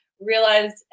realized